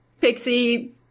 pixie